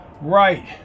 Right